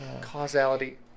causality